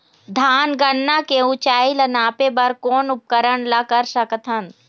धान गन्ना के ऊंचाई ला नापे बर कोन उपकरण ला कर सकथन?